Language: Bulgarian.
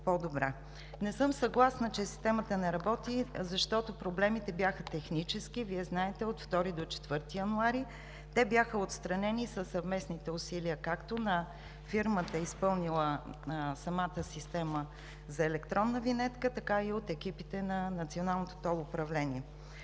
Не съм съгласна, че системата не работи, защото проблемите бяха технически, Вие знаете – от 2 до 4 януари. Те бяха отстранени със съвместните усилия както на фирмата, изпълнила самата система за електронна винетка, така и от екипите на Националното тол управление.